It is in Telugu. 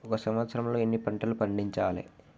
ఒక సంవత్సరంలో ఎన్ని పంటలు పండించాలే?